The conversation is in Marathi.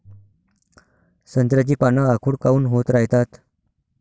संत्र्याची पान आखूड काऊन होत रायतात?